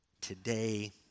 today